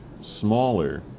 smaller